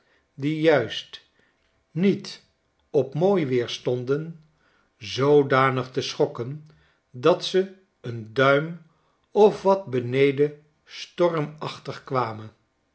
die juist niet op mooi weer stonden zoodanig te schokken dat ze een duim of wat beneden stormachtig kwamen